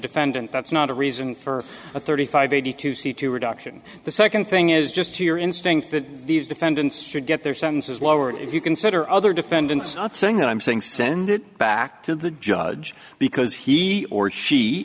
defendant that's not a reason for a thirty five eighty two c to reduction the second thing is just to your instinct that these defendants should get their sentences lowered if you consider other defendants saying that i'm saying send it back to the judge because he or she